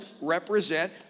represent